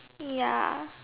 ya